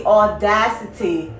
audacity